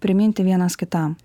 priminti vienas kitam